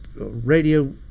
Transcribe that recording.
Radio